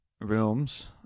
rooms